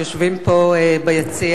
שיושבים פה ביציע,